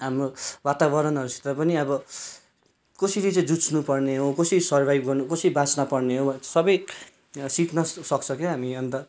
हाम्रो वातावरणहरूसित पनि अब कसरी चाहिँ जुझ्नुपर्ने हो कसरी सर्भाइभ कसरी बाँच्न पर्ने वा सबै सिक्न सक्छ क्या हामी अन्त